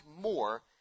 more